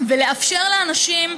ולאפשר לאנשים,